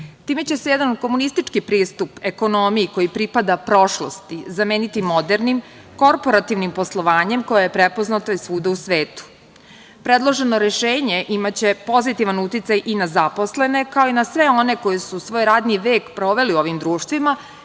Time će se jedan komunistički pristup ekonomiji, koji pripada prošlosti, zameniti modernim, korporativnim poslovanjem, koje je prepoznato svuda u svetu. Predloženo rešenje imaće pozitivan uticaj i na zaposlene, kao i na sve one koji su svoj radni vek proveli u ovim društvima,